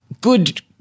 good